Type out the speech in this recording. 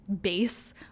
base